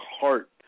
heart